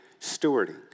stewarding